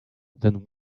then